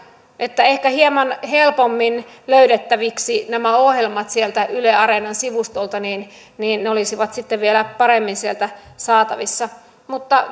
että ehkä jos hieman helpommin löydettäviksi saisi nämä ohjelmat sieltä yle areenan sivustolta niin niin ne olisivat sitten vielä paremmin sieltä saatavissa